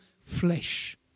flesh